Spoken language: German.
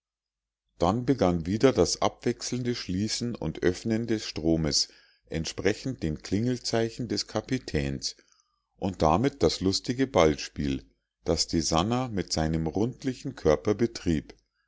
dann begann wieder das abwechselnde schließen und öffnen des stromes entsprechend den klingelzeichen des kapitäns und damit das lustige ballspiel das die sannah mit seinem rundlichen körper